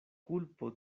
kulpo